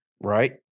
right